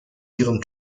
ihrem